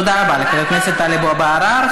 תודה רבה לחבר הכנסת טלב אבו עראר.